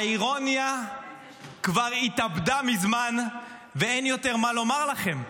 האירוניה כבר התאבדה מזמן ואין יותר מה לומר לכם,